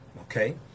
okay